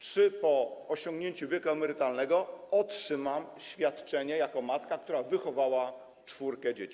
Czy po osiągnięciu wieku emerytalnego otrzymam świadczenie jako matka, która wychowała czwórkę dzieci?